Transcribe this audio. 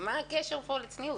מה הקשר פה לצניעות?